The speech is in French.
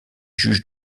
juge